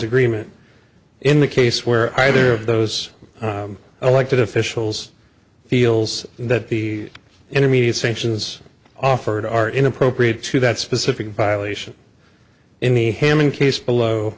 agreement in the case where either of those elected officials feels that the intermediate sanctions offered are inappropriate to that specific violation in the hamming case below